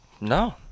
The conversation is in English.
No